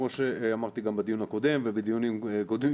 כמו שאמרתי גם בדיון הקודם ובדיונים קודמים,